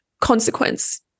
consequence